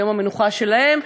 ביום המנוחה שלהם,